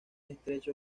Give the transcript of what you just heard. estrecho